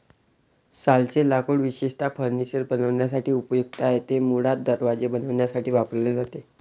सालचे लाकूड विशेषतः फर्निचर बनवण्यासाठी उपयुक्त आहे, ते मुळात दरवाजे बनवण्यासाठी वापरले जाते